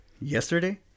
yesterday